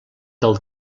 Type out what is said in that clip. del